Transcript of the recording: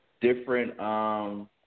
different